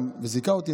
זיכה אותי,